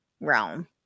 realm